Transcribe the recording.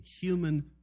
human